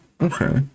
Okay